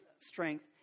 strength